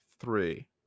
three